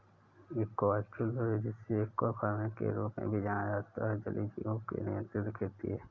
aquaculture, जिसे aqua farming के रूप में भी जाना जाता है, जलीय जीवों की नियंत्रित खेती है